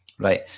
Right